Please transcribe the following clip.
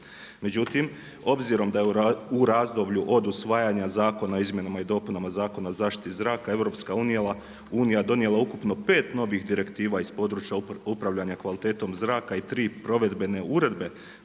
Međutim, obzirom da je u razdoblju od usvajanja Zakona o izmjenama i dopunama Zakona o zaštiti zraka EU donijela ukupno pet novih direktiva iz područja upravljanja kvalitetom zraka i tri provedbene uredbe